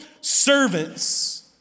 servants